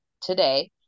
today